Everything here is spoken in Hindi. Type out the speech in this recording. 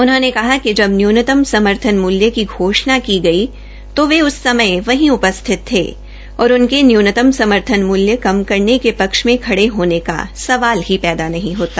उन्होंने कहा कि जब न्यूनतम समर्थन मूल्य की घोषणा की गई तो वे उस समय वहीं उपस्थित थे और उनके न्यनतम समर्थन मुल्य कम करने के पक्ष में खडे होने का सवाल ही पैदा नहीं होता